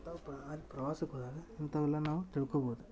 ಇಂಥವ್ ಪ್ರವಾಸಕ್ಕೆ ಹೋದಾಗ ಇಂಥವೆಲ್ಲ ನಾವು ತಿಳ್ಕೋಬೌದು